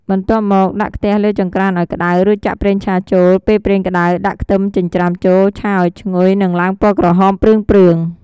បន្ទាប់មក ដាក់ខ្ទះលើចង្ក្រានឱ្យក្តៅ រួចចាក់ប្រេងឆាចូល ពេលប្រេងក្តៅ ដាក់ខ្ទឹមចិញ្ច្រាំចូល ឆាឱ្យឈ្ងុយ និងឡើងពណ៌ក្រហមព្រឿងៗ។